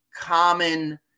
common